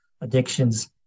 addictions